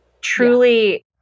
Truly